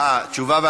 אנחנו עוברים להצעת